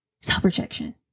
Self-rejection